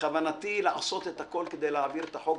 בכוונתי לעשות את הכול כדי להעביר את החוק,